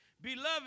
Beloved